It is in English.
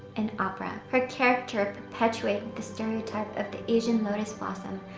an opera. her character perpetuated the stereotype of the asian lotus blossom,